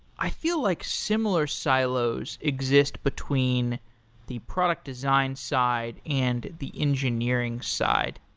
i feel like similar silos exist between the product design side and the engineering side.